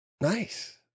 Nice